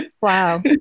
Wow